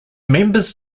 members